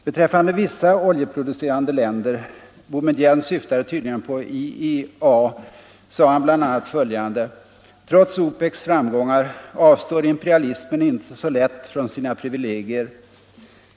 Beträffande vissa oljeproducerande länder — Boumedienne syftade tydligen på IEA — sade han bl.a. följande: ”Trots OPEC:s framgångar avstår imperialismen inte så lätt från sina privilegier.